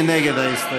מי נגד ההסתייגות?